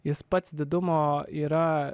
jis pats didumo yra